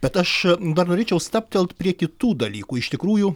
bet aš dar norėčiau stabtelt prie kitų dalykų iš tikrųjų